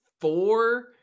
four